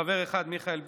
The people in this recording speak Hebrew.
חבר אחד: מיכאל ביטון,